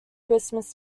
christmas